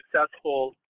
successful